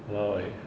!walao! eh